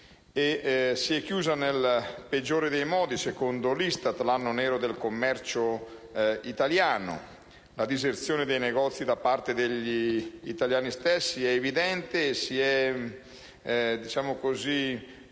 Si è chiuso nel peggiore dei modi, secondo l'ISTAT, l'anno nero del commercio italiano: la diserzione dei negozi da parte degli italiani stessi è evidente e riguarda sia